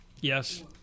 Yes